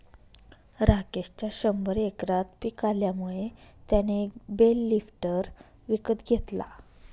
राकेशच्या शंभर एकरात पिक आल्यामुळे त्याने एक बेल लिफ्टर विकत घेतला